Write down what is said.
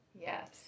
Yes